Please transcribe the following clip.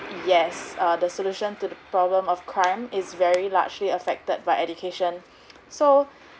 yes uh the solution to the problem of crime is very largely affected by education so